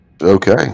Okay